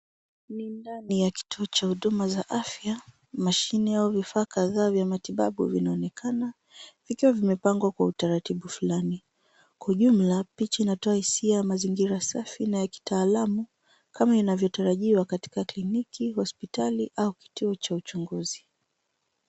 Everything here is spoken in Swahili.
Mida ni ya kituo cha huduma za afya, mashine au vifaa kadhaa za matibabu vinaonekana vikiwa vimepangwa kwa utaratibu fulani. Kwa ujumla, picha inatoa hisia ya mazingira safi na ya kitaalamu kama inavyotarajiwa katika kliniki, hospitali au kituo cha uchunguzi.